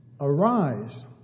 Arise